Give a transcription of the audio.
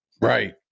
Right